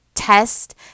Test